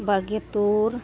ᱵᱟᱜᱮ ᱛᱩᱨ